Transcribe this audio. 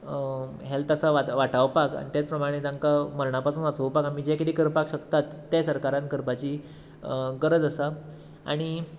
health आसा वाटावपाक आनी तेच प्रमाणे तांकां मरणा पसून वाचोवपाक आमी जे कितें करपाक शकतात तें सरकारान करपाची गरज आसा आनी